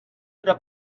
però